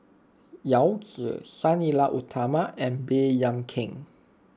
Yao Zi Sang Nila Utama and Baey Yam Keng